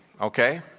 okay